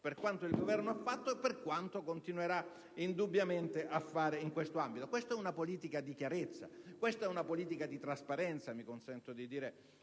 per quanto il Governo ha fatto e per quanto continuerà indubbiamente a fare in tale ambito. Questa è una politica di chiarezza e di trasparenza,